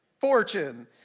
fortune